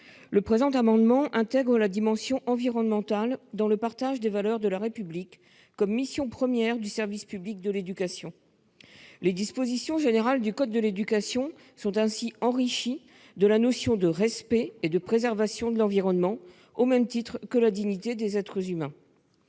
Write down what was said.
Le présent amendement vise à intégrer la dimension environnementale dans le partage des valeurs de la République comme mission première du service public de l'éducation. Les dispositions générales du code de l'éducation sont ainsi enrichies de la notion de respect et de préservation de l'environnement, au même titre que la dignité des êtres humains.